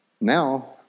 now